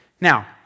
Now